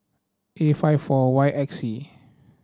A five four Y X C